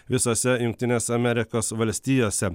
visose jungtinėse amerikos valstijose